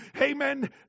Amen